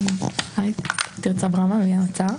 אני מהאוצר.